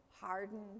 hardened